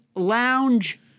lounge